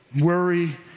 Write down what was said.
worry